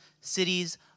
cities